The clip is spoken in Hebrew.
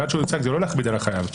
זה לא מכביד על החייב,